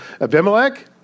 Abimelech